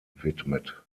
widmet